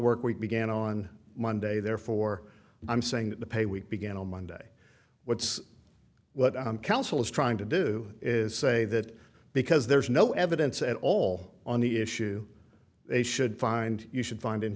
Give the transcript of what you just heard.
work week began on monday therefore i'm saying that the pay week began on monday what's what counsel is trying to do is say that because there's no evidence at all on the issue they should find you should find in